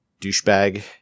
douchebag